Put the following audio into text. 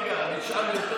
רגע, אני אשאל יותר מזה.